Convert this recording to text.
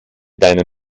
deiner